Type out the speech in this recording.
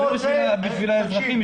אני מדבר בשביל האזרחים,